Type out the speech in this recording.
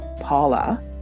Paula